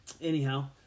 anyhow